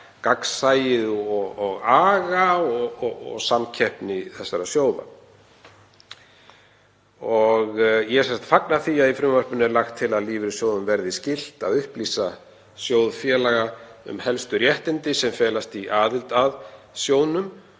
gagnsæið og aga og samkeppni þessara sjóða. Ég fagna því að í frumvarpinu er lagt til að lífeyrissjóðum verði skylt að upplýsa sjóðfélaga um helstu réttindi sem felast í aðild að sjóðnum